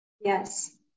yes